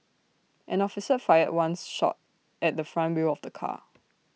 an officer fired one shot at the front wheel of the car